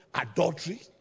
adultery